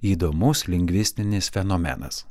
įdomus lingvistinis fenomenas